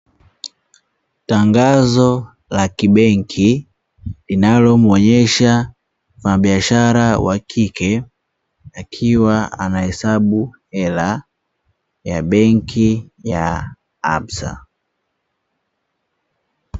Tangazo la kibenki linalomwonyesha mfanyabiashara wa kike akiwa anahesabu hela ya benki ya "absa".